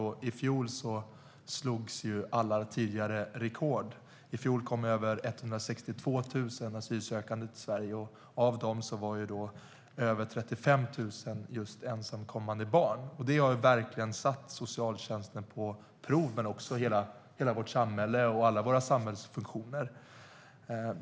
I fjol slogs alla tidigare rekord när över 162 000 asylsökande kom till Sverige och av dem över 35 000 just ensamkommande barn. Detta har verkligen satt socialtjänsten på prov men också hela vårt samhälle och alla våra samhällsfunktioner.